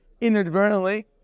Inadvertently